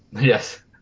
Yes